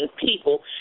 people